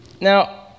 Now